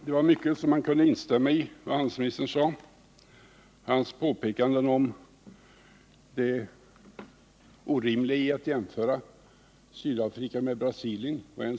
Herr talman! Jag kan instämma i mycket av vad handelsministern sade, t.ex. hans påpekanden om det orimliga i att jämföra Sydafrika med Brasilien.